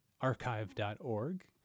archive.org